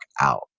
out